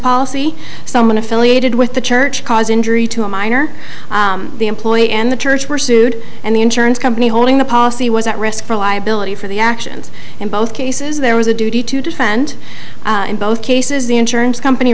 policy someone affiliated with the church cause injury to a minor the employee and the church were sued and the insurance company holding the posse was at risk for liability for the actions in both cases there was a duty to defend in both cases the insurance company